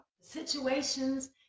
situations